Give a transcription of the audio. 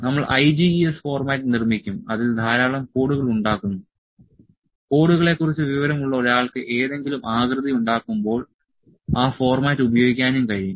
നമ്മൾ IGES format നിർമ്മിക്കും അതിൽ ധാരാളം കോഡുകൾ ഉണ്ടാക്കുന്നു കോഡുകളെ കുറിച്ച് വിവരം ഉള്ള ഒരാൾക്ക് ഏതെങ്കിലും ആകൃതി ഉണ്ടാക്കുമ്പോൾ ആ ഫോർമാറ്റ് ഉപയോഗിക്കാനും കഴിയും